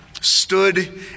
stood